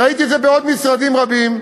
וראיתי את זה בעוד משרדים רבים,